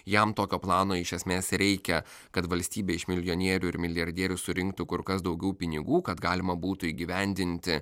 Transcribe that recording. jam tokio plano iš esmės reikia kad valstybė iš milijonierių ir milijardierių surinktų kur kas daugiau pinigų kad galima būtų įgyvendinti